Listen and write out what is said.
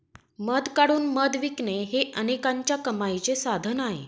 मध काढून मध विकणे हे अनेकांच्या कमाईचे साधन आहे